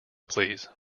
please